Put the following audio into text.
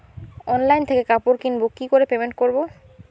Online থেকে কাপড় কিনবো কি করে পেমেন্ট করবো?